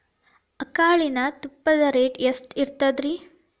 ಆಕಳಿನ ತುಪ್ಪದ ರೇಟ್ ಎಷ್ಟು ಇರತೇತಿ ರಿ?